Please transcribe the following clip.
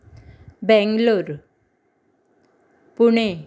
Bangalore Pune